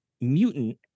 mutant